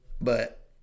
But-